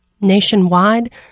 Nationwide